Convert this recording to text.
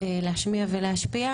להשמיע ולהשפיע,